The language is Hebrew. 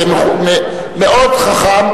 זה מאוד חכם,